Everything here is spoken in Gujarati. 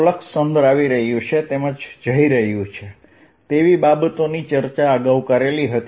ફ્લક્સ અંદર આવી રહ્યું છે તેમજ જઈ રહ્યું છે તેવી બાબતોની ચર્ચા અગાઉ કરી હતી